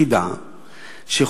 נקודה פשוטה.